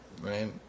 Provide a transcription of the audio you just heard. right